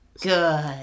Good